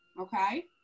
Okay